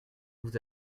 vous